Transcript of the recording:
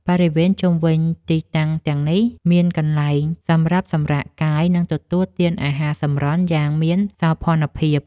បរិវេណជុំវិញទីតាំងទាំងនេះ មានកន្លែងសម្រាប់សម្រាកកាយ និងទទួលទានអាហារសម្រន់យ៉ាងមានសោភ័ណភាព។